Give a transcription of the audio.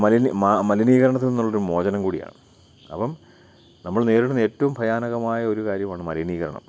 മലിനീകരണത്തിൽനിന്നുള്ളൊരു മോചനം കൂടിയാണ് അപ്പം നമ്മൾ നേരിടുന്ന ഏറ്റവും ഭയാനകമായൊരു കാര്യമാണ് മലിനീകരണം